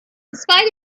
spite